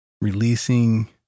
releasing